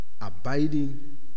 Abiding